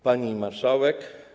Pani Marszałek!